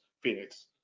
Phoenix